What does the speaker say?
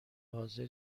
حاضر